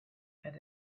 had